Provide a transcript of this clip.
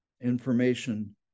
information